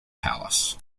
palace